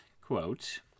quote